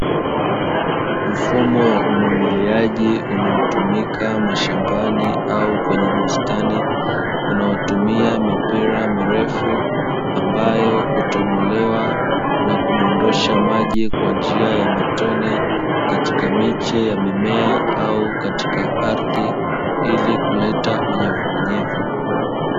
Mfumo wa umwagiliaji unaotumika mashambani au kwenye bustani, unaotumia mipira mirefu ambayo hutobolewa na kudondosha maji kwa njia ya matone katika miche ya mimea au katika ardhi, ili kuleta unyevuunyevu.